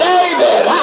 David